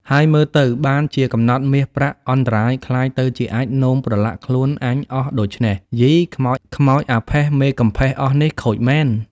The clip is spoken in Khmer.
ហើយមើលទៅបានជាកំណប់មាសប្រាក់អន្តរាយក្លាយទៅជាអាចម៍នោមប្រឡាក់ខ្លួនអញអស់ដូច្នេះយី! ខ្មោចអាផេះ មេកំផេះអស់នេះខូចមែន” ។